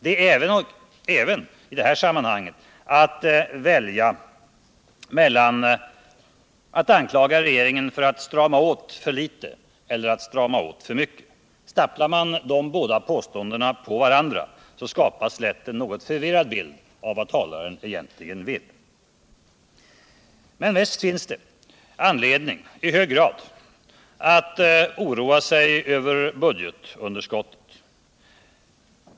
I det här sammanhanget är det att välja mellan om man skall anklaga regeringen för att strama åt för litet eller för att strama åt för mycket. Staplar man de båda påståendena på varandra, skapas lätt en något förvirrad bild av vad talaren egentligen vill. Men visst finns det i hög grad anledning att oroa sig över budgetunderskott.